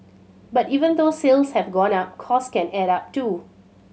but even though sales have gone up costs can add up too